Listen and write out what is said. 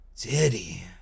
Diddy